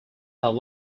had